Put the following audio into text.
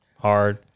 Hard